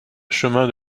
chemin